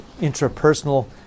intrapersonal